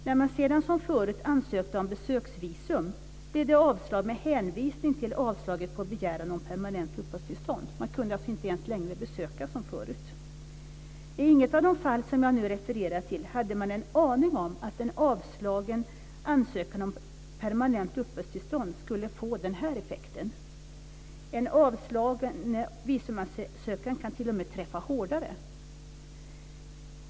När man sedan som förut ansökte om besöksvisum blev det avslag med hänvisning till avslaget för begäran om permanent uppehållstillstånd. Man kunde alltså inte ens längre besöka som förut. I inget av de fall som jag nu refererar till hade man en aning om att en avslagen ansökan om permanent uppehållstillstånd skulle få den här effekten. En avslagen visumansökan kan t.o.m. träffa hårdare.